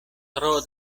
tro